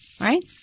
Right